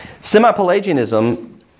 Semi-Pelagianism